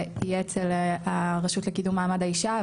שיהיה אצל הרשות לקידום מעמד האישה.